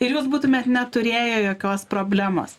ir jūs būtumėt neturėję jokios problemos